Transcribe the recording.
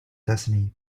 destiny